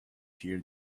hear